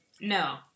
No